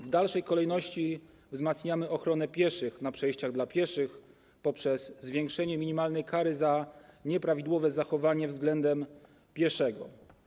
W dalszej kolejności wzmacniamy ochronę pieszych na przejściach dla pieszych poprzez zwiększenie minimalnej kary za nieprawidłowe zachowanie względem pieszego.